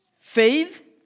Faith